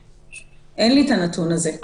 אין לי את הנתון הזה.